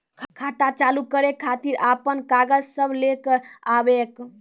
खाता चालू करै खातिर आपन कागज सब लै कऽ आबयोक?